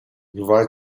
provide